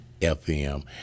FM